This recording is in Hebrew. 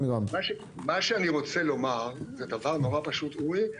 מה שאני רוצה לומר זה דבר נורא פשוט, אורי,